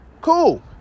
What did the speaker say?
cool